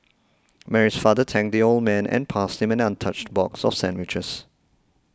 Mary's father thanked the old man and passed him an untouched box of sandwiches